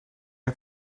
het